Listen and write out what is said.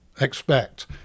expect